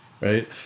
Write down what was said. right